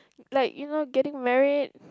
like you know getting married